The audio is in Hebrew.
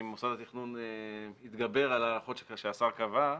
כשמוסד התכנון התגבר על ההארכות שהשר קבע,